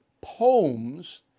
poems